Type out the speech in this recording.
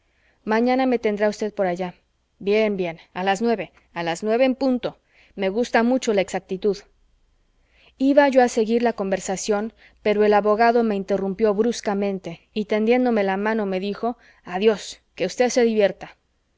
mañana me tendrá usted por allá bien bien a las nueve a las nueve en punto me gusta mucho la exactitud iba yo a seguir la conversación pero el abogado me interrumpió bruscamente y tendiéndome la mano me dijo adiós que usted se divierta